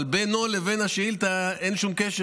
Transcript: אבל בינו לבין השאילתה אין שום קשר,